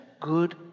good